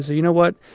ah you know what?